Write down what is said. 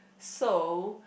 so